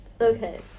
okay